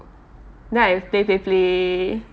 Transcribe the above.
then I play play play